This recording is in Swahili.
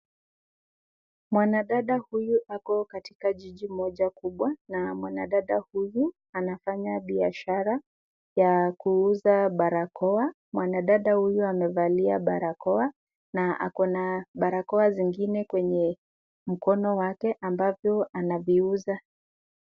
Mwanadada huyu ako katika jiji moja kubwa, na mwanadada huyu anafanya biashara ya kuuza barakoa. Mwanadada huyu amevalia barakoa, na akona barakoa zingine kwenye mkono wake ambavyo anaviuza.